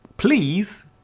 Please